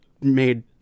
made